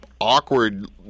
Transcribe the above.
awkward